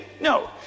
No